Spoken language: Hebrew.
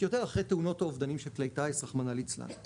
יותר אחרי תאונות או אובדנים של כלי טייס רחמנא ליצלן.